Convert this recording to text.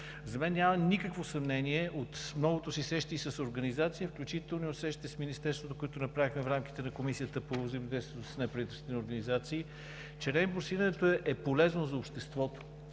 За мен няма никакво съмнение от многото си срещи с организации, включително и от срещите с Министерството, които направихме в рамките на Комисията по взаимодействието с неправителствените организации, че реимбурсирането е полезно за обществото.